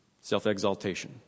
self-exaltation